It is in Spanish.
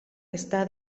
está